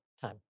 time